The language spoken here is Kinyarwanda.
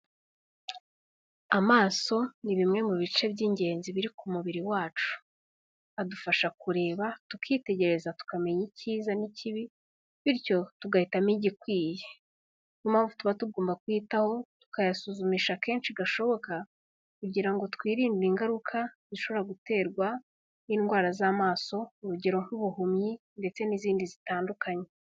Amaso ni bimwe mu bice by'ingenzi biri ku mubiri wacu. Adufasha kureba tukitegereza tukamenya ikiza n'ikibi bityo tugahitamo igikwiye. Ni yo mpamvu tuba tugomba kuyitaho tukayasuzumisha kenshi gashoboka kugira ngo twirinde ingaruka zishobora guterwa n'indwara z'amaso, urugero nk'ubuhumyi ndetse n'izindi zitandukanye.